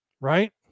Right